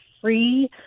free